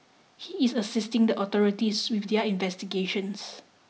he is assisting the authorities with their investigations